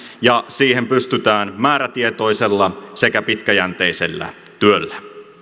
ja siihen pystytään määrätietoisella sekä pitkäjänteisellä työllä